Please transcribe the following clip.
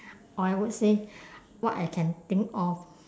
or I would say what I can think of